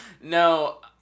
No